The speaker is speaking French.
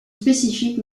spécifique